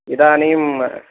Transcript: इदानीं